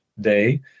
day